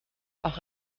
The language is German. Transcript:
auch